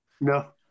No